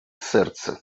серце